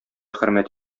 хөрмәт